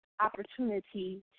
opportunity